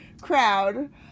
crowd